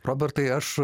robertai aš